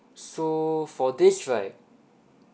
so for this right